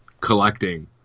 collecting